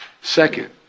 Second